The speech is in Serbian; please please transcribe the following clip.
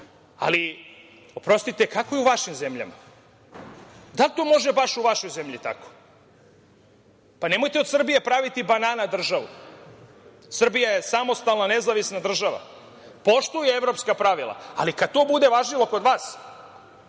ali oprostite, kako je u vašim zemljama? Da li to može baš u vašoj zemlji tako? Pa, nemojte od Srbije praviti „banana“ državu. Srbija je samostalna nezavisna država. Poštuje evropska pravila, ali kad to bude važilo kod vas